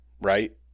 right